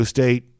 State